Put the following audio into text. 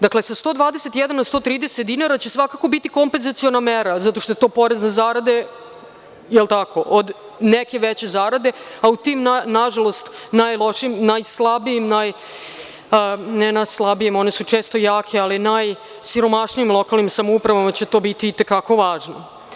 Dakle, sa 121 na 130 dinara će svakako biti kompenzaciona mera, zato što je to porez na zarade, jel tako, od neke veće zarade, a u tim, nažalost, najlošijim, najslabijim, ne najslabijim, one su često jake, ali najsiromašnijim lokalnim samoupravama će to biti i te kako važno.